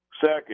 Second